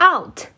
Out